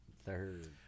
Third